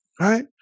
right